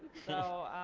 so,